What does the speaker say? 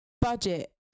budget